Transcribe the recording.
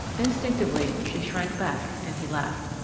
instinctively she shrank back and he laughed.